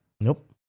nope